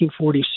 1946